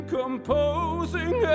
composing